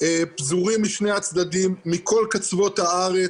פזורים משני הצדדים, מכל קצוות הארץ.